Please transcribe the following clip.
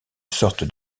sorte